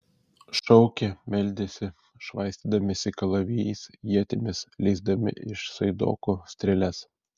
šaukė meldėsi švaistydamiesi kalavijais ietimis leisdami iš saidokų strėles